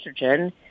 estrogen